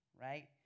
right